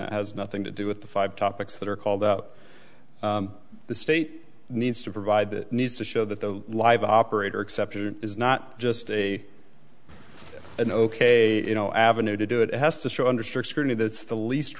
that has nothing to do with the five topics that are called out the state needs to provide that needs to show that the live operator exception is not just a an ok avenue to do it has to show under strict scrutiny that it's the least